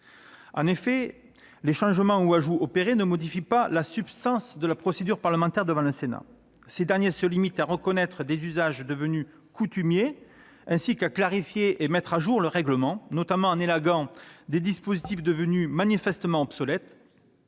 En effet, les changements ou ajouts opérés ne modifient pas la substance de la procédure parlementaire devant le Sénat. Ces derniers se limitent à reconnaître des usages devenus coutumiers ainsi qu'à clarifier et mettre à jour le règlement, notamment en élaguant des dispositifs devenus manifestement obsolètes.